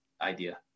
idea